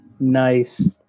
Nice